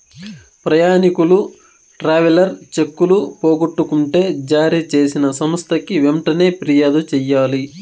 ప్రయాణికులు ట్రావెలర్ చెక్కులు పోగొట్టుకుంటే జారీ చేసిన సంస్థకి వెంటనే ఫిర్యాదు చెయ్యాలి